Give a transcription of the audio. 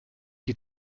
die